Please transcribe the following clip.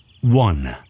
one